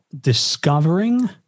discovering